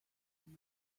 and